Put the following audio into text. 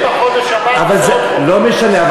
זה בחודש הבא, לא משנה.